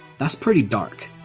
that's pretty dark.